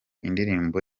indirimbo